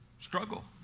struggle